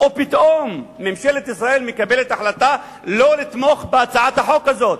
ופתאום ממשלת ישראל מקבלת החלטה לא לתמוך בהצעת החוק הזאת.